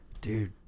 dude